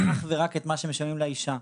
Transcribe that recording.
אך ורק את מה שמשלמים לאישה.